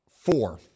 four